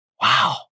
Wow